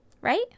right